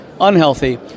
unhealthy